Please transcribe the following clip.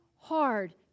hard